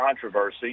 controversy